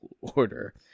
order